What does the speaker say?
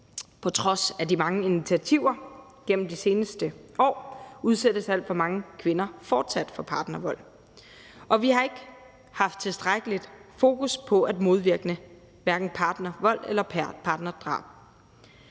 På trods af de mange initiativer gennem de seneste år udsættes alt for mange kvinder fortsat for partnervold. Og vi har ikke haft tilstrækkeligt fokus på at modvirke hverken partnervold eller partnerdrab